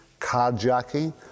carjacking